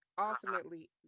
ultimately